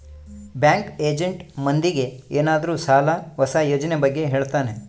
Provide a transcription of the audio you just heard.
bank agent ಮಂದಿಗೆ ಏನಾದ್ರೂ ಸಾಲ ಹೊಸ ಯೋಜನೆ ಬಗ್ಗೆ ಹೇಳ್ತಾನೆ